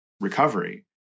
recovery